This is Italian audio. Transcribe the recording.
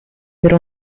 per